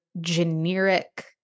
generic